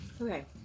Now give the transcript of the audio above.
Okay